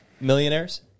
millionaires